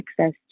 access